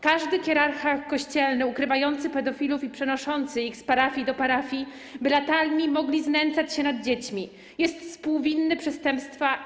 Każdy hierarcha kościelny ukrywający pedofilów i przenoszący ich z parafii do parafii, by latami mogli znęcać się nad dziećmi, jest współwinny przestępstwa.